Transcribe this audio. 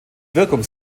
wirkung